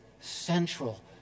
central